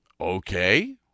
okay